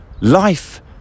Life